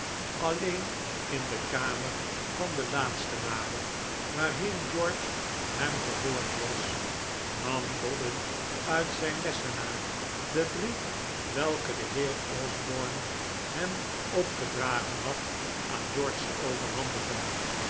alleen in de kamer van den laatste waren waarheen george hem gevolgd was nam dobbin uit zijn lessenaar den brief welke de heer osborne hem opgedragen had aan george te overhandigen